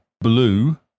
blue